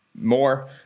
more